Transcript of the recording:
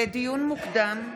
לדיון מוקדם,